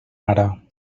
ara